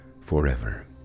forever